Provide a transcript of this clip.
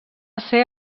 ser